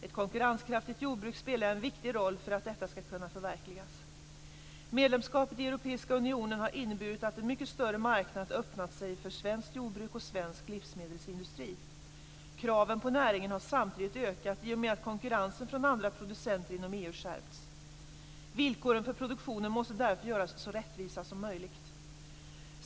Ett konkurrenskraftigt jordbruk spelar en viktig roll för att detta skall kunna förverkligas. Medlemskapet i Europeiska unionen har inneburit att en mycket större marknad öppnat sig för svenskt jordbruk och svensk livsmedelsindustri. Kraven på näringen har samtidigt ökat i och med att konkurrensen från andra producenter inom EU skärpts. Villkoren för produktionen måste därför göras så rättvisa som möjligt.